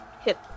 hit